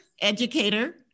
educator